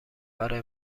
برای